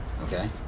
Okay